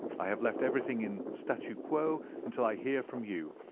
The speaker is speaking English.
i have left everything in statu quo until i hear from you.